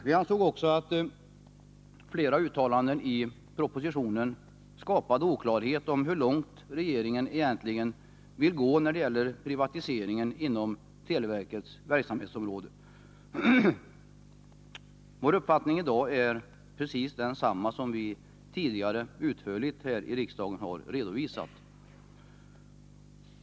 Vi ansåg också att flera uttalanden i propositionen skapade oklarhet om hur långt regeringen egentligen vill gå när det gäller privatiseringen inom televerkets verksamhetsområde. Vår uppfattning i dag är precis densamma som vi tidigare utförligt har redovisat här i riksdagen.